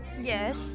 Yes